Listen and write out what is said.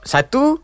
Satu